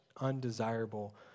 undesirable